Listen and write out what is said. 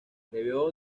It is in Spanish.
debió